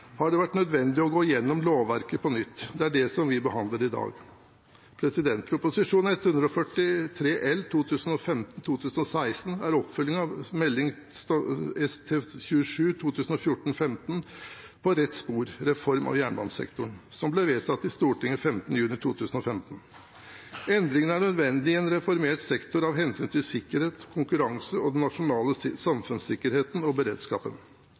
har det vært nødvendig å gå igjennom lovverket på nytt. Det er det vi behandler i dag. Prop. 143 L for 2015–2016 er en oppfølging av Meld. St. 27 for 2014–2015, På rett spor – Reform av jernbanesektoren, som ble vedtatt i Stortinget den 15. juni 2015. Endringene er nødvendige i en reformert sektor av hensyn til sikkerhet, konkurranse og den nasjonale samfunnssikkerheten og beredskapen.